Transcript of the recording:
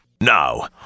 Now